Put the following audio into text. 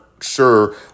sure